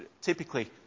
typically